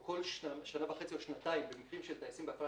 או כל שנה וחצי או שנתיים במקרים של טייסים בהפעלה